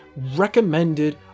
recommended